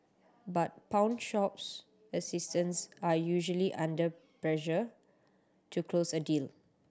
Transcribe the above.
but pawnshops assistance are usually under pressure to close a deal